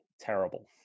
terrible